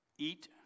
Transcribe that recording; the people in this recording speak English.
Eat